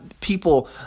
people